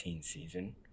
season